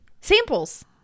Samples